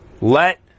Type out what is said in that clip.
Let